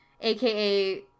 AKA